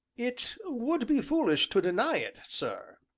it would be foolish to deny it, sir.